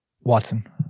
Watson